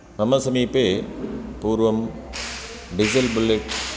मम समीपे पूर्वं डीज़ल् बुलेट्